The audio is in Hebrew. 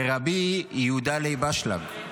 רבי יהודה לייב אשלג,